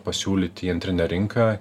pasiūlyt į antrinę rinką